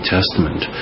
Testament